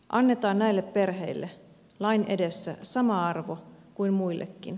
annetaan näille perheille lain edessä sama arvo kuin muillekin